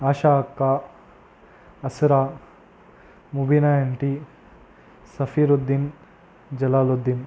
ஆஷா அக்கா அசரா முபினா ஆன்ட்டி சபீருதீன் ஜலாலுதீன்